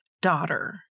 daughter